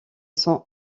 sont